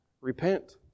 repent